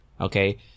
okay